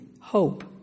hope